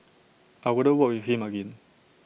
I wouldn't work with him again